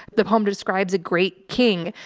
the poem describes a great king,